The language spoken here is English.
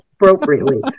appropriately